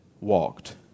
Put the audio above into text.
walked